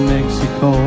Mexico